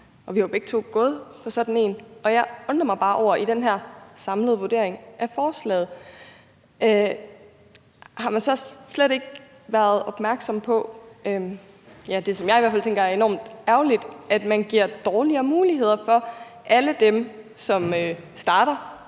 Vi har jo begge to gået på sådan en, og jeg spekulerer bare på, om man i den her samlede vurdering af forslaget slet ikke har været opmærksom på det, som jeg i hvert fald tænker er enormt ærgerligt, nemlig at man giver dårligere muligheder for alle dem, som starter